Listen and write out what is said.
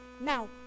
Now